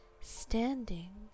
standing